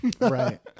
Right